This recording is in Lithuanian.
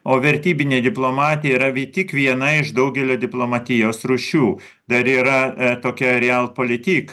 o vertybinė diplomatija yra tik viena iš daugelio diplomatijos rūšių dar yra tokia realpolitik